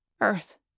Earth